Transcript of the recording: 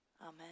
Amen